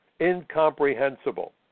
incomprehensible